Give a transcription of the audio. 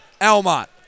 Almont